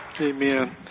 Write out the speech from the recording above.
Amen